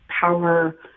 power